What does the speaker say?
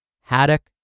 haddock